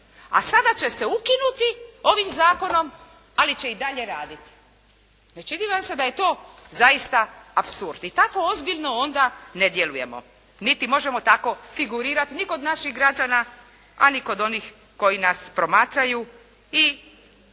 a sada će se ukinuti ovim zakonom, ali će i dalje raditi. Ne čini li vam se da je to zaista apsurd? I tako ozbiljno onda ne djelujemo. Niti možemo tako figurirati ni kod naših građana, a ni kod onih koji nas promatraju i